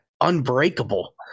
unbreakable